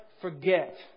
forget